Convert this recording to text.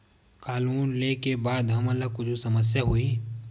का लोन ले के बाद हमन ला कुछु समस्या होही?